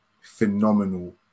phenomenal